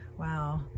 Wow